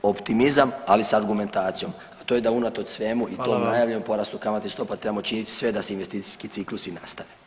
Optimizam ali sa argumentacijom, a to je da unatoč svemu, i tom najavljenom porastu [[Upadica: Hvala vam.]] kamatnih stopa trebamo činiti sve da se investicijski ciklusi nastave.